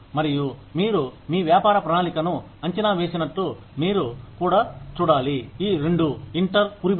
మరియు మీరు మీ వ్యాపార ప్రణాళికను అంచనా వేసినట్లు మీరు కూడా చూడాలి ఈ రెండు ఇంటర్ పురిబెట్టు